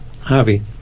Harvey